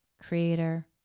creator